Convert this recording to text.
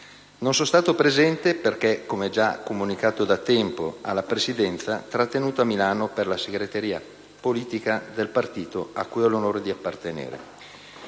Non sono stato presente perché, come già comunicato da tempo alla Presidenza, trattenuto a Milano per la segreteria politica del partito a cui ho l'onore di appartenere.